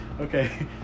Okay